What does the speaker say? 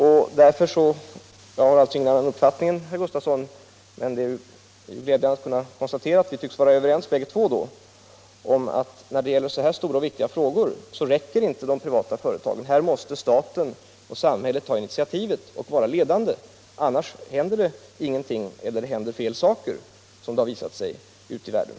Jag har alltså ingen annan uppfattning än herr Gustafson. Det är glädjande att kunna konstatera att vi tycks vara överens om att de privata företagen inte räcker när det gäller så här stora och viktiga frågor. Här måste staten, samhället, ta initiativ och vara ledande. Annars händer det ingenting, eller det händer fel saker, vilket har visat sig ute i världen.